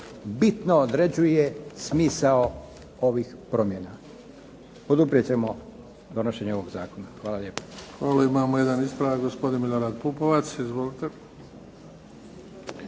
bitno određuje smisao ovih promjena. Poduprijet ćemo donošenje ovog zakona. Hvala lijepo. **Bebić, Luka (HDZ)** Hvala i vama. Jedan ispravak, gospodin Milorad Pupovac. Izvolite.